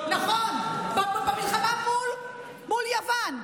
במלחמה מול יוון.